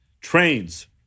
trains